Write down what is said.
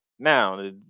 Now